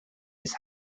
his